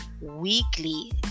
weekly